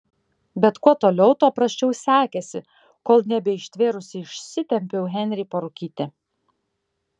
bet kuo toliau tuo prasčiau sekėsi kol nebeištvėrusi išsitempiau henrį parūkyti